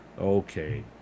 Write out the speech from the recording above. Okay